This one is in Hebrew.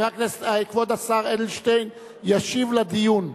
כבוד השר אדלשטיין ישיב לדיון.